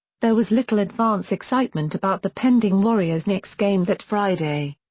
there was little advance excitement about the pending warriors-knicks game that friday.